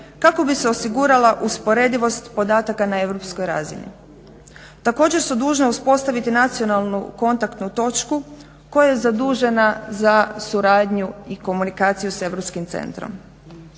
kako bi se osigurala usporedivost podataka na europskoj razini. Također su dužne uspostaviti nacionalnu kontaktnu točku koja je zadužena za suradnju i komunikaciju s Europskim centrom.